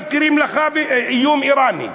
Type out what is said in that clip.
מזכירים לך את האיום האיראני,